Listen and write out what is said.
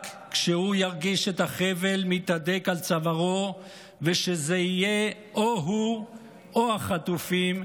רק כשהוא ירגיש את החבל מתהדק על צווארו וכשזה יהיה או הוא או החטופים,